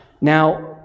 Now